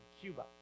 Cuba